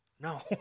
No